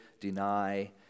deny